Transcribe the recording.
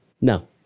No